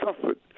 suffered